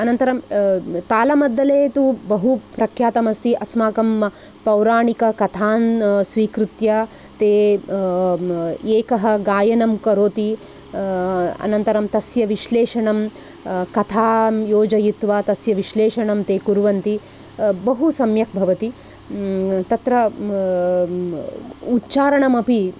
अनन्तरं तालमद्दले तु बहुप्रख्यातमस्ति अस्माकं पौराणिककथाः स्वीकृत्य ते एकः गायनं करोति अनन्तरं तस्य विश्लेषणं कथां योजयित्वा तस्य विश्लेषणं ते कुर्वन्ति बहुसम्यक् भवति तत्र उच्चारणम् अपि